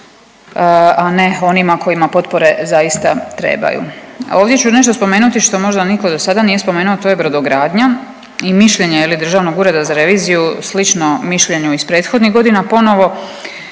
a ne onima kojima potpore zaista trebaju. Ovdje ću nešto spomenuti što možda nitko do sada nije spomenuo, to je brodogradnja i mišljenja, je li, Državnog ureda za reviziju slično mišljenju iz prethodnih godina, ponovo,